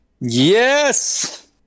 Yes